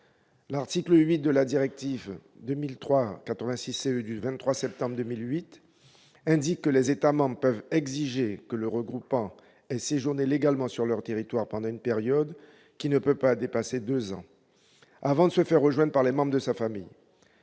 L'article 8 de cette directive indique que « les États membres peuvent exiger que le regroupant ait séjourné légalement sur leur territoire pendant une période qui ne peut pas dépasser deux ans, avant de se faire rejoindre par les membres de sa famille